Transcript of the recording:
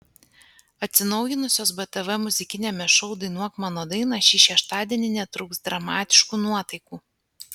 atsinaujinusios btv muzikiniame šou dainuok mano dainą šį šeštadienį netrūks dramatiškų nuotaikų